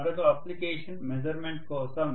మరొక application measurement కోసం